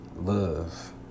love